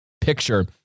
picture